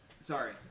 sorry